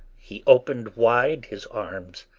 he opened wide his arms.